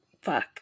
Fuck